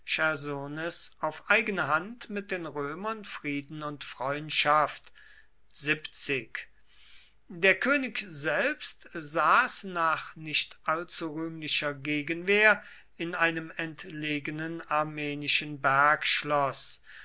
auf eigene hand mit den römern frieden und freundschaft der könig selbst saß nach nicht allzurühmlicher gegenwehr in einem entlegenen armenischen